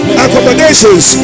accommodations